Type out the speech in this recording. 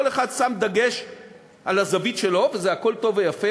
כל אחד שם דגש על הזווית שלו, והכול טוב ויפה,